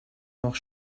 noch